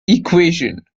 equation